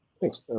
Thanks